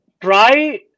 try